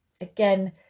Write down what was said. again